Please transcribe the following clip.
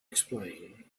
explain